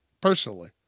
personally